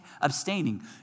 abstaining